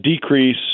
decrease